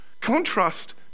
Contrast